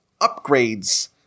upgrades